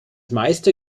meister